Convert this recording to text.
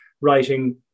writing